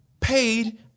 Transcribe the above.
paid